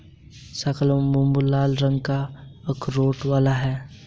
शाहबलूत भूरे लाल रंग का अखरोट होता है